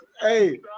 Hey